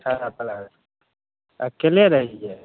अकेले रहिए